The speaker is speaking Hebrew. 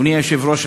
אדוני היושב-ראש,